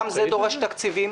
גם זה דורש תקציבים.